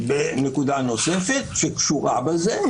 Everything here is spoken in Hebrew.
בנקודה נוספת שקשורה בזה,